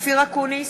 אופיר אקוניס,